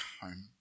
home